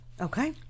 Okay